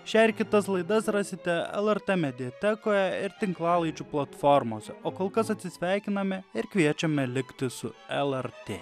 šią ar kitas laidas rasite lrt mediatekoje ir tinklalaidžių platformose o kol kas atsisveikiname ir kviečiame likti su lrt